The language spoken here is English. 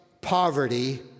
poverty